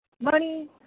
Money